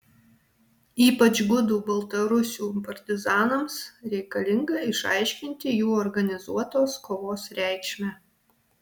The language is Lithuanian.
ypač gudų baltarusių partizanams reikalinga išaiškinti jų organizuotos kovos reikšmę